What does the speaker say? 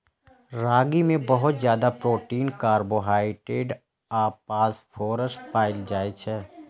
रागी मे बहुत ज्यादा प्रोटीन, कार्बोहाइड्रेट आ फास्फोरस पाएल जाइ छै